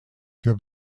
für